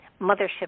mothership